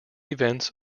events